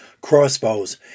crossbows